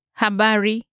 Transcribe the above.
Habari